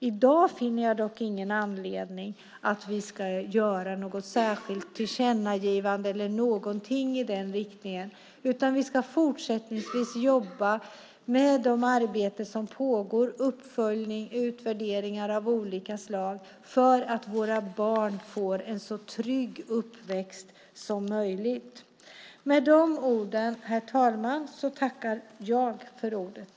I dag finner jag dock ingen anledning att vi ska göra något särskilt tillkännagivande eller någonting i den riktningen, utan vi ska fortsättningsvis jobba med de arbeten som pågår - uppföljning och utvärderingar av olika slag - för att våra barn ska få en så trygg uppväxt som möjligt. Med de orden, herr talman, tackar jag för ordet.